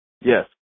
yes